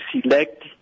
select